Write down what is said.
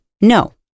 No